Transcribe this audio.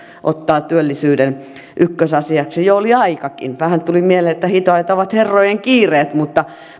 ottaa työllisyyden ykkösasiaksi jo oli aikakin vähän tuli mieleen että hitaita ovat herrojen kiireet mutta